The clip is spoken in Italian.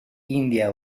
india